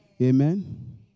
Amen